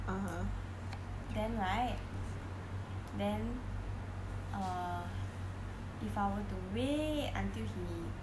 then right then err if I were to wait until he text me